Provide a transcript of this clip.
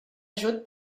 ajut